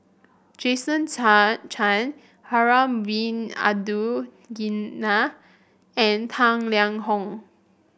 Jason Chan Harun Bin Abdul Ghani and Tang Liang Hong